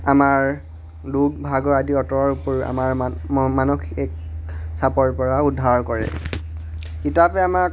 আমাৰ দুখ ভাগৰ আদি ওপৰত আমাৰ মানসিক চাপৰ পৰা উদ্ধাৰ কৰে কিতাপে আমাক